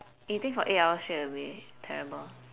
eating for eight hours straight will be terrible